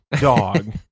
dog